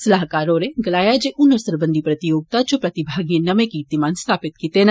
सलाहकार होरे गलाया जे हुनर सरबंघी प्रतियोगिता च प्रतिमागिए नमें कर्तिमान स्थापित कीते न